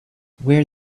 wear